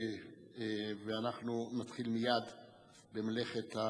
ואנחנו נתחיל מייד במלאכה.